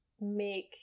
make